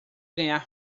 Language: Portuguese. ganhar